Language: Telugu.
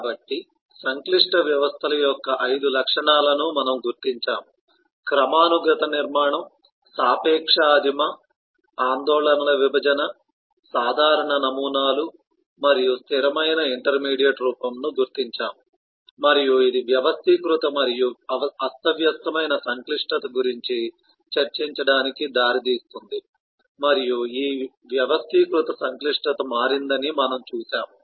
కాబట్టి సంక్లిష్ట వ్యవస్థల యొక్క 5 లక్షణాలను మనము గుర్తించాము క్రమానుగత నిర్మాణం సాపేక్ష ఆదిమ ఆందోళనల విభజన సాధారణ నమూనాలు మరియు స్థిరమైన ఇంటర్మీడియట్ రూపం ను గుర్తించాము మరియు ఇది వ్యవస్థీకృత మరియు అస్తవ్యస్తమైన సంక్లిష్టత గురించి చర్చించడానికి దారి తీస్తుంది మరియు ఈ వ్యవస్థీకృత సంక్లిష్టత మారిందని మనము చూశాము